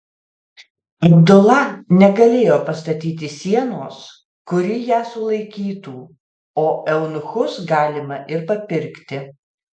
abdula negalėjo pastatyti sienos kuri ją sulaikytų o eunuchus galima ir papirkti